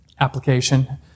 application